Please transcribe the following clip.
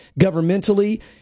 governmentally